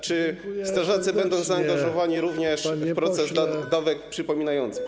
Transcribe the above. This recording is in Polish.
Czy strażacy będą zaangażowani również w proces dawek przypominających?